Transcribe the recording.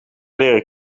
leren